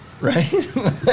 Right